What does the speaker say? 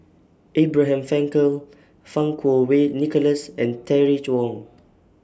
Abraham Frankel Fang Kuo Wei Nicholas and Terry Wong